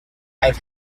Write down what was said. i’ve